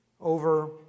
over